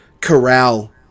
corral